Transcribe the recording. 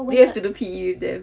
do you have to do P_E with them